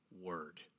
word